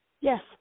Yes